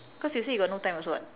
cause you say you got no time also what